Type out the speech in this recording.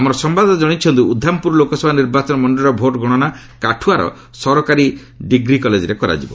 ଆମ ସମ୍ଭାଦଦାତା କଣାଇଛନ୍ତି ଉଦ୍ଦାମପୁର ଲୋକସଭା ନିର୍ବାଚନ ମଣ୍ଡଳୀର ଭୋଟ୍ ଗଣନା କାଠୁଆର ସରକାରୀ ଡିଗ୍ରୀ କଲେଜରେ କରାଯିବ